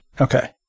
Okay